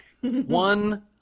One